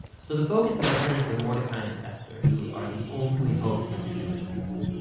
so the focus now turns to mordecai and esther who are the only hope for the jewish people.